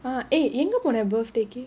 uh eh எங்க போற:enga pora birthday